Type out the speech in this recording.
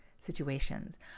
Situations